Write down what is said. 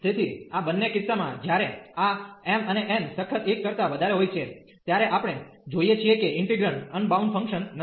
તેથી આ બંને કિસ્સામાં જ્યારે આ m અને n સખત 1 કરતા વધારે હોય છે ત્યારે આપણે જોઈએ છીએ કે ઇન્ટિગ્રેન્ડ અનબાઉન્ડ ફંક્શન નથી